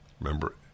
Remember